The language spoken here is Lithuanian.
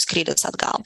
skrydis atgal